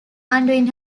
undoing